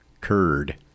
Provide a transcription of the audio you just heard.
curd